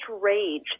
rage